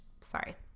sorry